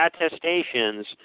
attestations